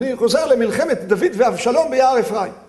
אני חוזר למלחמת דוד ואבשלום ביער אפריים.